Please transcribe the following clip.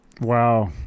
wow